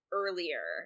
earlier